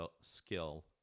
skill